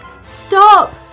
Stop